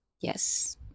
yes